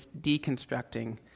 deconstructing